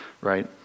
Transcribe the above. right